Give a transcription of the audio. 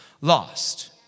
lost